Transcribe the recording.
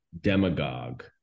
demagogue